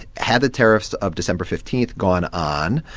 had the tariffs of december fifteen gone on,